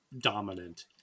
dominant